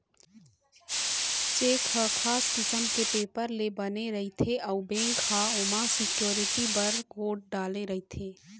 cheque ह खास किसम के पेपर ले बने रहिथे अउ बेंक ह ओमा सिक्यूरिटी बर कोड डाले रहिथे